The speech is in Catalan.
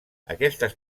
aquestes